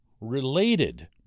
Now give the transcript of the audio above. related